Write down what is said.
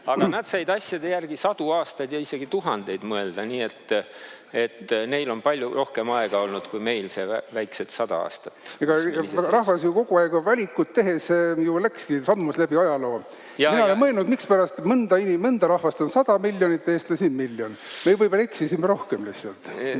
aga nad said asjade järgi sadu aastaid ja isegi tuhandeid mõelda, nii et neil on palju rohkem aega olnud kui meil see väiksed sada aastat. Rahvas ju kogu aeg valikut tehes ju läkski, sammus läbi ajaloo. Mina olen mõelnud, mispärast mõnda rahvast on 100 miljonit, eestlasi on miljon. Või ma eksisin, nüüd on rohkem ilmselt.